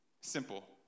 Simple